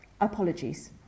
Apologies